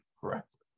correctly